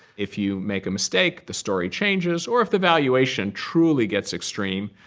if you make a mistake, the story changes. or if the valuation truly gets extreme,